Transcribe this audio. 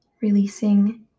releasing